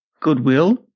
Goodwill